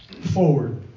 forward